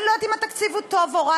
אני לא יודעת אם התקציב הוא טוב או רע,